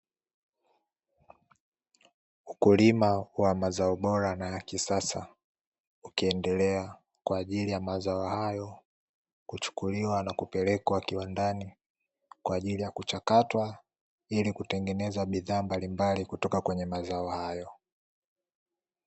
Ukulima wa mazao bora na ya kisasa ukiendeelea kwa ajili ya mazao hayo kuchukuliwa na kupelekwa kiwandani kwa ajili ya kuchakatwa ili kutengenezwa bidhaa mbalimbali kutoka kwenye mazao hayo.